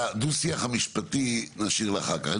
את דוח שיח המשפטי הזה נשאיר לאחר כך.